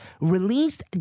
released